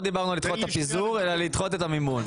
דיברנו על דחיית הפיזור אלא לדחות את המימון.